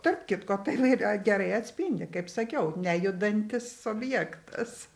tarp kitko tai yra gerai atspindi kaip sakiau nejudantis objektas